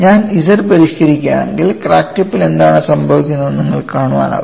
ഞാൻ Z പരിഷ്ക്കരിക്കുകയാണെങ്കിൽ crack ടിപ്പിൽ എന്താണ് സംഭവിക്കുന്നതെന്ന് നിങ്ങൾക്ക് കാണാനാകും